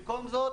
במקום זאת